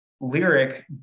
lyric